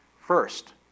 First